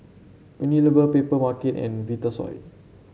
Unilever Papermarket and Vitasoy